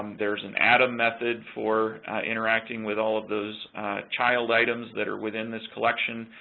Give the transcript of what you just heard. um there's an atom method for interacting with all of those child items that are within this collection,